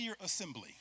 assembly